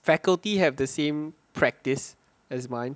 faculty have the same practice as mine